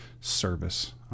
service